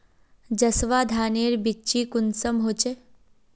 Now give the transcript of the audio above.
जसवा धानेर बिच्ची कुंसम होचए?